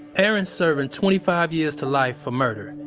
erin's serving twenty five years to life for murder.